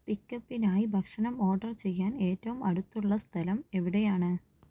പിക്കപ്പിനായി ഭക്ഷണം ഓർഡർ ചെയ്യാൻ ഏറ്റവും അടുത്തുള്ള സ്ഥലം എവിടെയാണ്